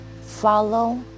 follow